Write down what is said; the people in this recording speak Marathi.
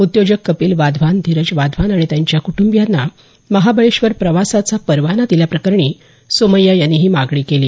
उद्योजक कपिल वाधवान धीरज वाधवान आणि त्यांच्या क्टंबीयांना महाबळेश्वर प्रवासाचा परवाना दिल्याप्रकरणी सोमय्या यांनी ही मागणी केली